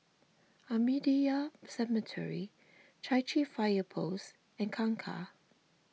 Ahmadiyya Cemetery Chai Chee Fire Post and Kangkar